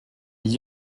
les